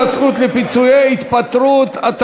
הזכות לפיצויי פיטורים בעת סיום יחסי עובד ומעביד),